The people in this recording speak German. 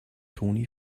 toni